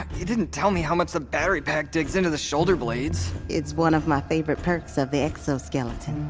you didn't tell me how much the battery pack digs into the shoulder blades it's one of my favorite perks of the exoskeleton.